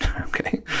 okay